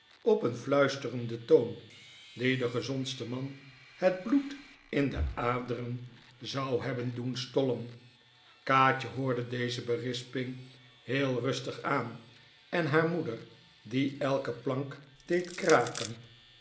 op een fluisterenden toon die den gezondsten man het bloed in de aderen zou hebben doen stollen kaatje hoorde deze berisping heel rustig aan en haar moeder die elke plank deed kraken